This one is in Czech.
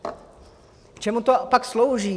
K čemu to pak slouží?